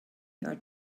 your